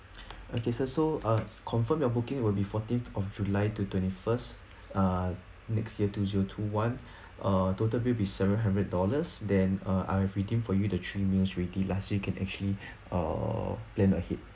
okay so so uh confirm your booking will be fourteenth of july to twenty first uh next year two zero two one uh total will be seven hundred dollars then uh I've redeemed for you the three meals ready lah so you can actually uh plan ahead